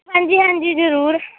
ਹਾਂਜੀ ਹਾਂਜੀ ਜ਼ਰੂਰ